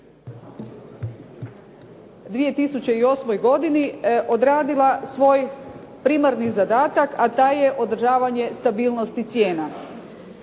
2008. godini odradila svoj primarni zadatak a taj je održavanje stabilnosti cijena.